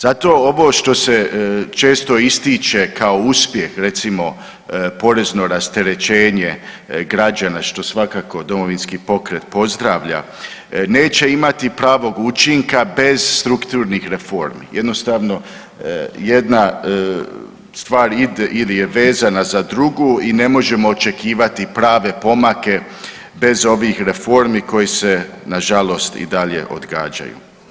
Zato ovo što se često ističe kao uspjeh, recimo porezno rasterećenje građana, što svakako Domovinski pokret pozdravlja, neće imati pravog učinka bez strukturnih reformi, jednostavno jedna stvar il je vezana za drugu i ne možemo očekivati prave pomake bez ovih reformi koje se nažalost i dalje odgađaju.